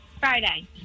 Friday